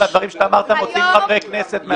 על דברים שאתה אמרת מוציאים חברי כנסת מהכנסת.